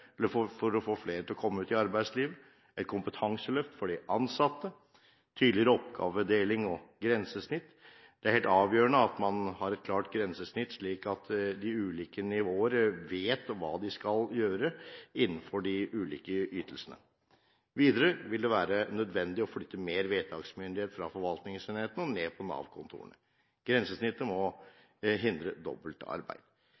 komme ut i arbeidslivet et kompetanseløft for de ansatte tydeligere oppgavedeling og grensesnitt Det er helt avgjørende at man har et klart grensesnitt, slik at de ulike nivåer vet hva de skal gjøre innenfor de ulike ytelsene. Videre vil det være nødvendig å flytte mer vedtaksmyndighet fra forvaltningsenhetene ned til Nav-kontorene. Grensesnittet må